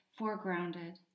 foregrounded